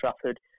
Trafford